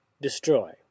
destroy